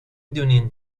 دونین